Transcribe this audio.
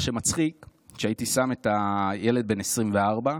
מה שמצחיק, הייתי ילד בן 24,